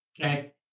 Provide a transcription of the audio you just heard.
Okay